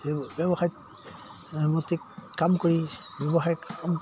সেই ব্যৱসায়ত মতে কাম কৰি ব্যৱসায়ক কাম